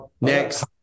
Next